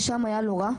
ושם היה לו רע.